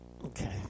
Okay